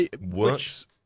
Works